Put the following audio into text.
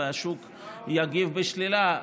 והשוק יגיב בשלילה,